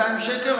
200 שקל,